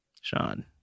Sean